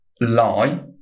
lie